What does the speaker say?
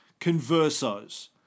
conversos